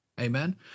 Amen